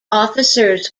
officers